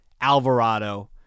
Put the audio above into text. Alvarado